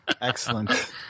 Excellent